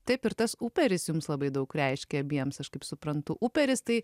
taip ir tas uperis jums labai daug reiškia abiems aš kaip suprantu uperis tai